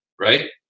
right